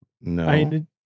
No